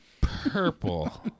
Purple